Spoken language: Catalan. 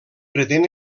pretén